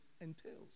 entails